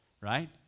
Right